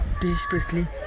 desperately